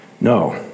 No